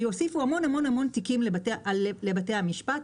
שיוסיפו המון תיקים לבתי המשפט.